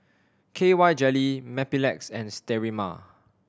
K Y Jelly Mepilex and Sterimar